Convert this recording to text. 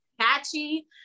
catchy